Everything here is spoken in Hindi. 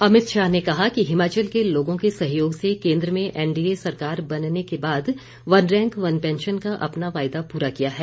अमित शाह ने कहा कि हिमाचल के लोगों के सहयोग से केन्द्र में एनडीए सरकार बनने के बाद वन रैंक वन पैंशन का अपना वायदा पूरा किया है